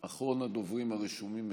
אחרון הדוברים הרשומים אצלי.